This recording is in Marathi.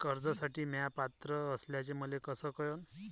कर्जसाठी म्या पात्र असल्याचे मले कस कळन?